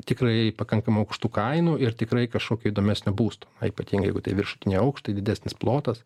tikrai pakankamai aukštų kainų ir tikrai kažkokio įdomesnio būsto o ypatingai jeigu tai viršutiniai aukštai didesnis plotas